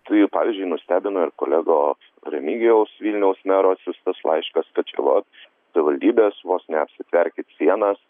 tai pavyzdžiui nustebino ir kolegos remigijaus vilniaus mero atsiųstas laiškas kad čia vat savivaldybės vos neapsitverkit sienas